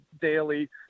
daily